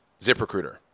ZipRecruiter